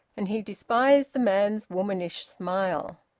and he despised the man's womanish smile.